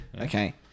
Okay